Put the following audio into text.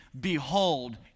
Behold